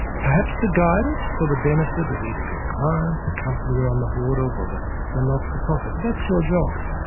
perhaps to guide it for the benefit of either your client, the company you're on the board of, or the the not for profit that's your job.